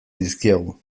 dizkiegu